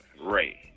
Ray